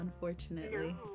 unfortunately